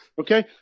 Okay